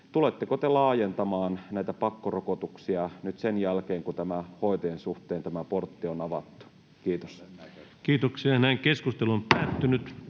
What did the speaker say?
tuletteko te laajentamaan näitä pakkorokotuksia nyt sen jälkeen, kun hoitajien suhteen tämä portti on avattu? — Kiitos. [Speech 86] Speaker: Ensimmäinen